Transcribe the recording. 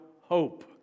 hope